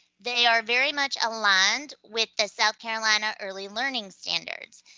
they are very much aligned with the south carolina early learning standards.